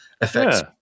effects